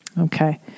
Okay